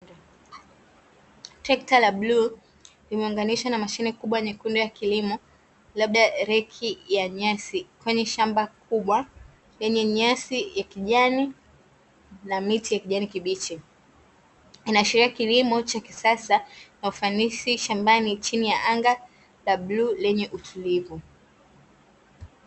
Trekta la bluu limeunganishwa na mashine kubwa nyekundu ya kilimo, labda reki ya nyasi, kwani shamba kubwa yenye nyasi ya kijani na miti ya kijani kibichi. Inaashiria kilimo cha kisasa, na ufanisi shambani, chini ya anga la bluu lenye utulivu.